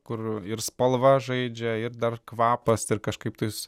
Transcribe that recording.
kur ir spalva žaidžia ir dar kvapas ir kažkaip tais